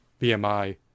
BMI